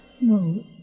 No